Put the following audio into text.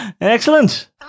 Excellent